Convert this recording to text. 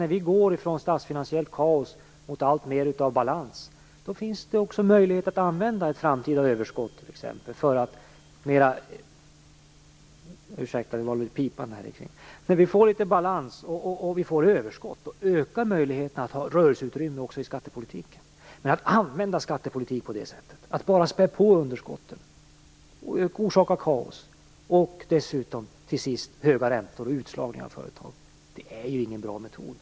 När vi går från statsfinansiellt kaos mot alltmer av balans och överskott är det självklart att möjligheterna ökar att ha rörelseutrymme också i skattepolitiken. Att använda skattepolitik på det sättet att man bara späder på underskotten, orsakar kaos och dessutom till sist höga räntor och utslagning av företag, är ingen bra metod.